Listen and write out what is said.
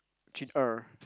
cheaper